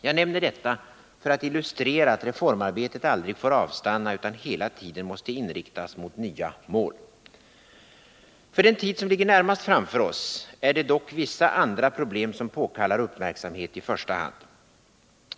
Jag nämner detta för att illustrera att reformarbetet aldrig får avstanna utan hela tiden måste inriktas mot nya mål. För den tid som ligger närmast framför oss är det dock vissa andra problem som påkallar uppmärksamhet i första hand.